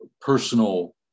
personal